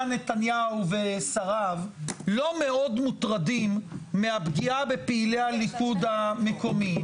נתניהו ושריו לא מאוד מוטרדים מהפגיעה בפעילי הליכוד המקומיים?